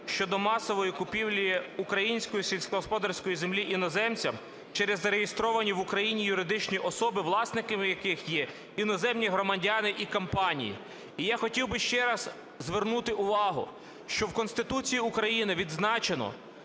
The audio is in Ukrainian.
щодо масової купівлі української сільськогосподарської землі іноземцями через зареєстровані в Україні юридичні особи, власниками яких є іноземні громадяни і компанії. І я хотів би ще раз звернути увагу, що в Конституції України відзначено,